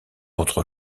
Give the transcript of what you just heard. autres